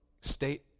state